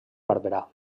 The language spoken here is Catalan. barberà